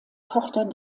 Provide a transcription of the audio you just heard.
tochter